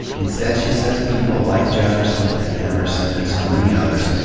instead, she says, people like jefferson and emerson, and so many others,